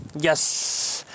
yes